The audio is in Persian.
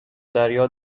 دریا